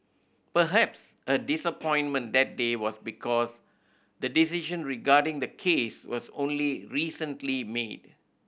perhaps her disappointment that day was because the decision regarding the case was only recently made